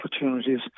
opportunities